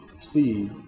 see